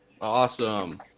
Awesome